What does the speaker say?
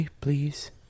please